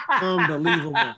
Unbelievable